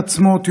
אני חושב.